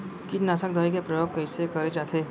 कीटनाशक दवई के प्रयोग कइसे करे जाथे?